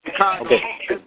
Okay